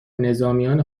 نظامیان